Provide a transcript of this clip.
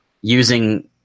Using